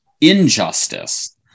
injustice